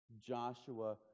Joshua